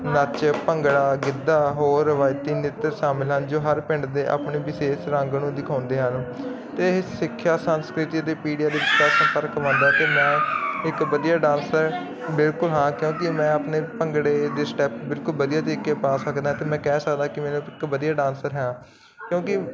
ਨੱਚ ਭੰਗੜਾ ਗਿੱਧਾ ਹੋਰ ਰਿਵਾਇਤੀ ਨਿਤ ਸ਼ਾਮਿਲ ਹਨ ਜੋ ਹਰ ਪਿੰਡ ਦੇ ਆਪਣੇ ਵਿਸ਼ੇਸ਼ ਰੰਗ ਨੂੰ ਦਿਖਾਉਂਦੇ ਹਨ ਤੇ ਇਹ ਸਿੱਖਿਆ ਸੰਸਕ੍ਰਿਤੀ ਦੇ ਪੀੜੀਆਂ ਦੇ ਅਧਿਕਤਾ ਸੰਪਰਕ ਬਣਦਾ ਤੇ ਮੈਂ ਇੱਕ ਵਧੀਆ ਡਾਂਸਰ ਬਿਲਕੁਲ ਹਾਂ ਕਿਉਂਕਿ ਮੈਂ ਆਪਣੇ ਭੰਗੜੇ ਦੇ ਸਟੈਪ ਬਿਲਕੁਲ ਵਧੀਆ ਤਰੀਕੇ ਪਾ ਸਕਦਾ ਤੇ ਮੈਂ ਕਹਿ ਸਕਦਾ ਕਿ ਮੈਨੂੰ ਇਕ ਵਧੀਆ ਡਾਂਸਰ ਹੈ ਕਿਉਂਕਿ